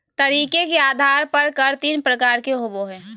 तरीके के आधार पर कर तीन प्रकार के होबो हइ